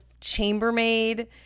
chambermaid